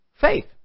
faith